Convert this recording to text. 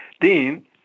Dean